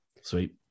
Sweet